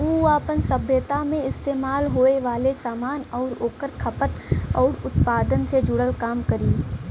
उ आपन सभ्यता मे इस्तेमाल होये वाले सामान आउर ओकर खपत आउर उत्पादन से जुड़ल काम करी